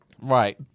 Right